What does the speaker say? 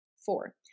Four